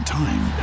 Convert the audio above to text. time